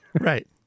Right